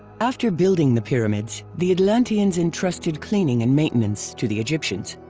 after building the pyramids, the atlanteans entrusted cleaning and maintenance to the egyptians.